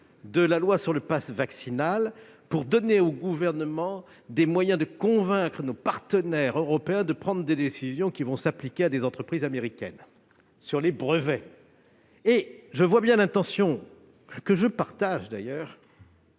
servir du présent texte pour donner au Gouvernement des moyens de convaincre nos partenaires européens de prendre des décisions qui vont s'appliquer à des entreprises américaines, sur les brevets de vaccins. Je comprends bien votre intention, que je partage d'ailleurs